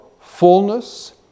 fullness